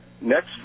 next